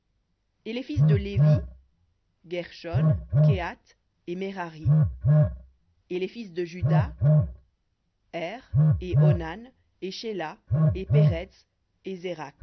et les fils de lévi guershon kehath et merari et les fils de juda er et onan et shéla et pérets